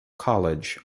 college